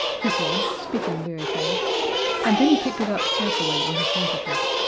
he said, speaking very fast and then he picked it up carefully on his handkerchief.